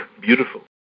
Beautiful